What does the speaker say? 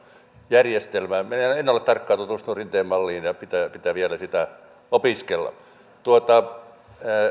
järjestelmä minä en ole tarkkaan tutustunut rinteen malliin ja ja pitää pitää vielä sitä opiskella